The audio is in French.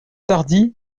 tardy